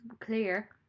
clear